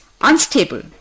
unstable